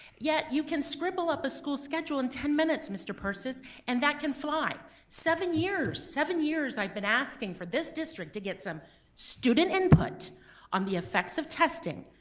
yet you can scribble up a school schedule in ten minutes mr. purses and that can fly, seven years! seven years i've been asking for this district to get some student input on the effects of testing.